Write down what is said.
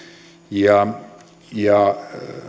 ja ja